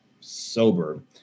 sober